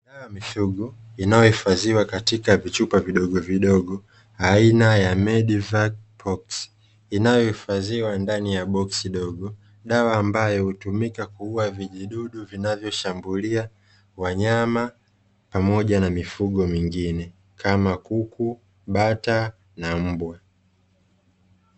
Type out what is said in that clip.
Dawa ya mifugo inayo hifadhiwa katika vichupa vidogo vidogo aina ya "Medivac poks" inayohifadhiwa ndani ya boksi dogo, dawa ambayo hutumika kuua vijidududu vinavyo shambulia wanyama pamoja na mifugo wengine kama: kuku, bata na mbwa.